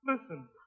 Listen